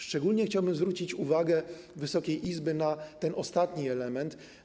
Szczególnie chciałbym zwrócić uwagę Wysokiej Izby na ten ostatni element.